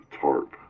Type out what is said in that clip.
tarp